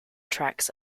tracks